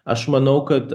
aš manau kad